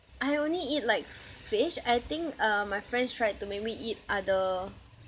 I only eat like fish I think uh my friends tried to make me eat other